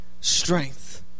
strength